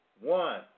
One